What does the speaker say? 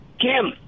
Kim